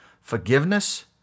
forgiveness